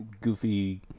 goofy